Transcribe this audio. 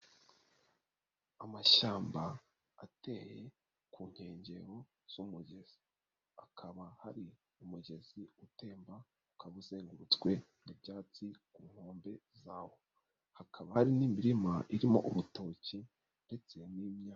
Amashyamba ateye ku nkengero z'umugezi, hakaba hari umugezi utemba ukaba uzengurutswe nyaibyatsi ku nkombe zawo, hakaba hari n'imirima irimo urutoki ndetse n'imyaka.